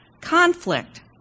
conflict